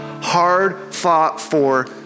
hard-fought-for